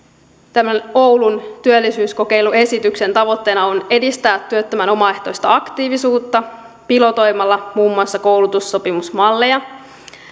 tämän oulun työllisyyskokeiluesityksen tavoitteena on edistää työttömän omaehtoista aktiivisuutta pilotoimalla muun muassa koulutussopimusmalleja